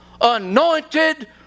anointed